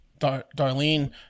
Darlene